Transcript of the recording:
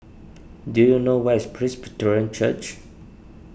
do you know where is Presbyterian Church